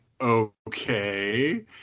Okay